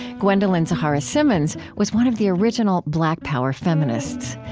gwendolyn zoharah simmons was one of the original black power feminists.